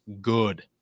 good